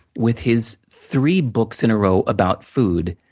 with his three books in a row, about food,